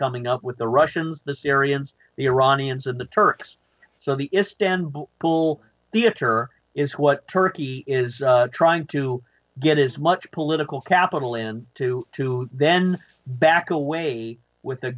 coming up with the russians the syrians the iranians and the turks so the if standby cool theater is what turkey is trying to get as much political capital in to to then back away with